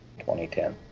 2010